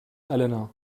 eleanor